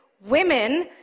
women